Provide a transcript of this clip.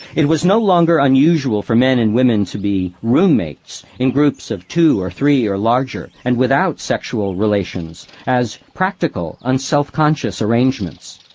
it was no longer unusual for men and women to be roommates in groups of two or three or larger, and without sexual relations-as practical, unselfconscious arrangements.